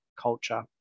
culture